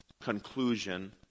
conclusion